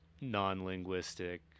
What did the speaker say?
non-linguistic